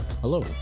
Hello